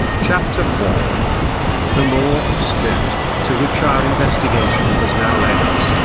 chapter four the law of spirit, to which our investigation has now led us,